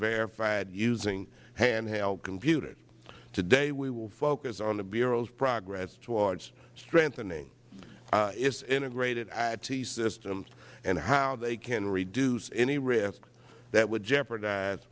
verified using handheld computers today we will focus on the bureau's progress toward strengthening its integrated it systems and how they can reduce any risks that would jeopardize